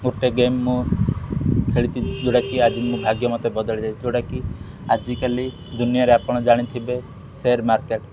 ଗୋଟିଏ ଗେମ୍ ମୁଁ ଖେଳିଛି ଯେଉଁଟାକି ଆଜି ମୁଁ ଭାଗ୍ୟ ମୋତେ ବଦଳି ଦେଇଛି ଯେଉଁଟାକି ଆଜିକାଲି ଦୁନିଆରେ ଆପଣ ଜାଣିଥିବେ ସେୟାର ମାର୍କେଟ୍